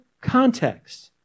context